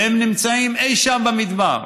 והם נמצאים אי שם במדבר.